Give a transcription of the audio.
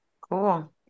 Cool